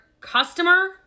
customer